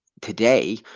today